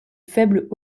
faibles